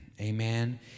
amen